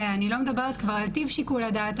בשנתיים האחרונות אנחנו הגשנו,